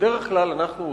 בדרך כלל כשאנחנו